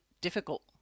difficult